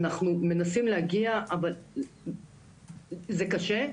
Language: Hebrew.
אנחנו מנסים להגיע אבל זה קשה.